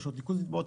רשויות ניקוז נתבעות,